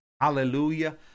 Hallelujah